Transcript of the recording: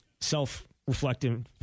self-reflective